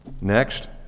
Next